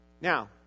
Now